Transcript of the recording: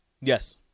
yes